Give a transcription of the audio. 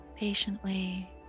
Patiently